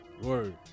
Word